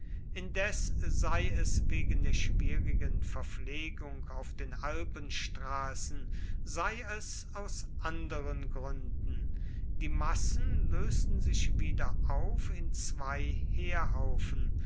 indes sei es wegen der schwierigen verpflegung auf den alpenstraßen sei es aus anderen gründen die massen lösten sich wieder auf in zwei